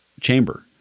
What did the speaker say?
chamber